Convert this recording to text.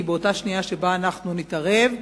כי באותה שנייה שבה אנחנו נתערב,